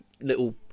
little